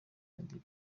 madiba